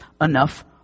enough